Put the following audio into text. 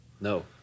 No